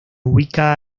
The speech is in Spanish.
ubica